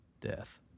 death